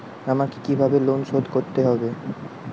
আমাকে কিভাবে লোন শোধ করতে হবে?